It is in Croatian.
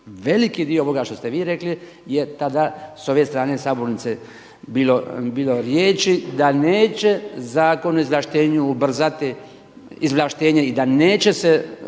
veliki dio ovoga što ste vi rekli je tada s ove strane sabornice bilo riječi da neće Zakon o izvlaštenju ubrzati izvlaštenje i da neće se